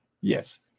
Yes